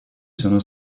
sono